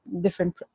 different